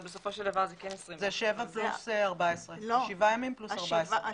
בסופו של דבר זה כן 21. זה שבע פלוס 14. זה שבעה ימים פלוס 14. לא.